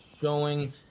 showing